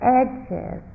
edges